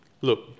Look